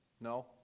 No